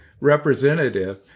representative